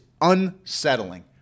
unsettling